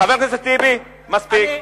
חבר הכנסת טיבי, מספיק.